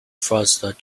first